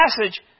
passage